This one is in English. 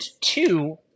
two